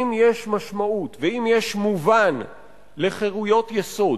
אם יש משמעות ואם יש מובן לחירויות יסוד,